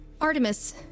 Artemis